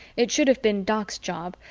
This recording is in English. it should have been doc's job,